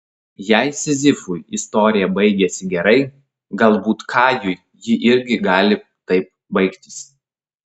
jei sizifui istorija baigėsi gerai galbūt kajui ji irgi gali taip baigtis